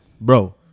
bro